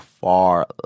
far